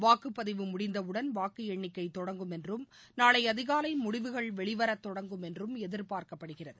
வாக்குப்பதிவு முடிந்தவுடன் வாக்கு எண்ணிக்கை தொடங்கும் என்றும் நாளை அதிகாலை முடிவுகள் வெளிவரத் தொடங்கும் என்றும் எதிர்பார்க்கப்படுகிறது